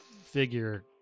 figure